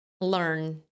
learn